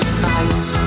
sights